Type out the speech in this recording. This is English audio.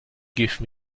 give